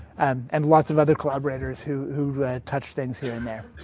and and lots of other collaborators who who touched things here and there.